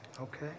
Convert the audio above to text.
Okay